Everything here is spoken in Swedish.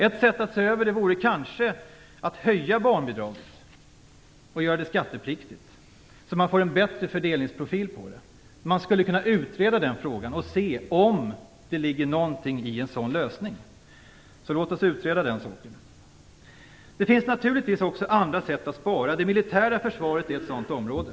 Ett sätt att se över det vore kanske att höja barnbidraget och göra det skattepliktigt så att man får en bättre fördelningsprofil. Man skulle kunna utreda den frågan och se om det ligger någonting i en sådan lösning. Låt oss utreda den saken. Det finns naturligtvis också andra sätt att spara. Det militära försvaret är ett sådant område.